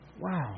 Wow